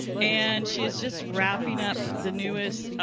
and she is just wrapping up the newest,